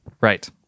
right